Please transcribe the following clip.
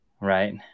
Right